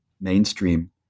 mainstream